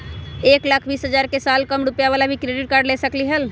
एक लाख बीस हजार के साल कम रुपयावाला भी क्रेडिट कार्ड ले सकली ह?